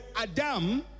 Adam